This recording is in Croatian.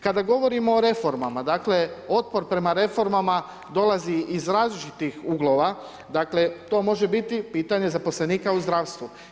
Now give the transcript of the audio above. Kada govorimo o reformama, dakle otpor prema reformama dolazi iz različitih uglova, dakle to može biti pitanje zaposlenika u zdravstvu.